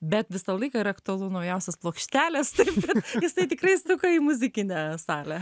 bet visą laiką yra aktualu naujausios plokštelės turi bet jisai tikrai striuka į muzikinę salę